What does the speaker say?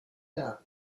that